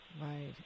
Right